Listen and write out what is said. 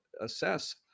assess